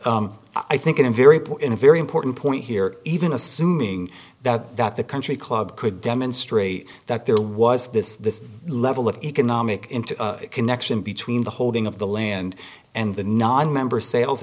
i think in a very poor very important point here even assuming that that the country club could demonstrate that there was this level of economic into a connection between the holding of the land and the nonmembers sales